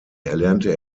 erlernte